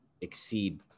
exceed